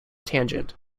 tangent